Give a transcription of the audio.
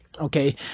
Okay